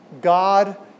God